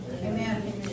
Amen